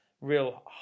real